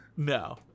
No